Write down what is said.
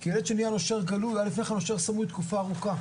כי ילד שנהיה נושר גלוי היה בדרך-כלל נושר סמוי תקופה ארוכה.